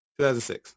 2006